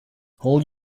hold